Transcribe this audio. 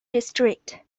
district